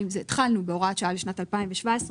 התחלנו בהוראת שעה לשנת 2017,